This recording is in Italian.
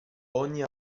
ogni